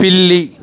పిల్లి